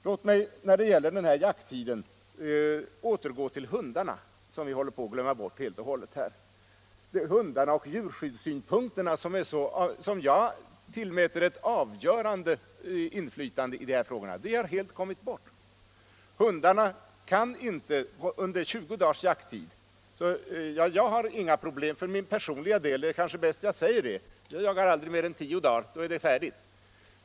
Låt mig när det gäller jakttiden återgå till frågan om hundarna, som vi håller på att glömma bort helt. Djurskyddssynpunkterna, som jag tillmäter ett avgörande inflytande i dessa frågor, har helt kommit bort. Jag har inga problem för min personliga del — det är kanske bäst att jag säger det — för jag jagar aldrig mer än tio dagar.